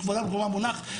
כבודה במקומה מונח.